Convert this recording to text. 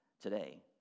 today